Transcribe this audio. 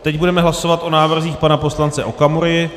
Teď budeme hlasovat o návrzích pana poslance Okamury.